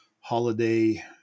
holiday